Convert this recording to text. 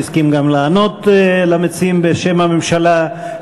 שהסכים גם לענות למציעים בשם הממשלה.